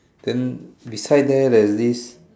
then beside there there's this